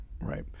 Right